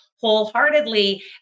wholeheartedly